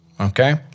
okay